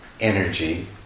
energy